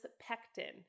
Pectin